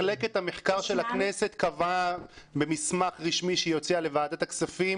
מחלקת המחקר של הכנסת קבעה במסמך רשמי שהיא הוציאה לוועדת הכספים